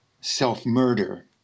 self-murder